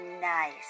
nice